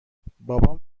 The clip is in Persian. بابام